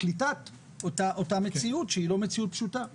לקליטת אותה מציאות שהיא לא מציאות פשוטה.